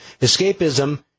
Escapism